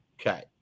Okay